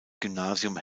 gymnasium